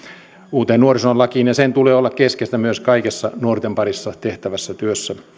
uuteen nuorisolakiin ja sen tulee olla keskeistä myös kaikessa nuorten parissa tehtävässä työssä